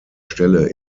stelle